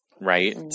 Right